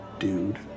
Dude